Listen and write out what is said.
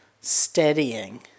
steadying